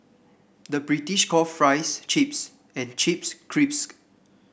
the British calls fries chips and chips crisp